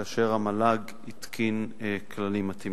כאשר המל"ג התקין כללים מתאימים.